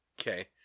okay